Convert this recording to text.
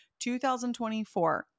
2024